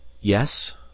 yes